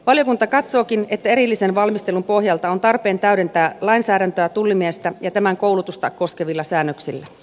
valiokunta katsookin että erillisen valmistelun pohjalta on tarpeen täydentää lainsäädäntöä tullimiestä ja tämän koulutusta koskevilla säännöksillä